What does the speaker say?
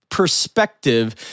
perspective